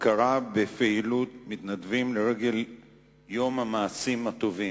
הכרה בפעילות מתנדבים לרגל "יום המעשים הטובים"